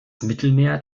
mittelmeer